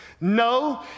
No